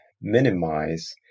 minimize